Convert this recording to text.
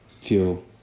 fuel